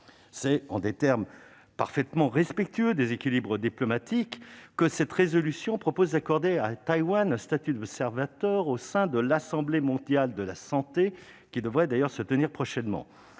C'est en des termes parfaitement respectueux des équilibres diplomatiques que cette proposition de résolution vise à accorder à Taïwan un statut d'observateur au sein de l'Assemblée mondiale de la santé qui se tiendra prochainement.